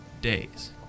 days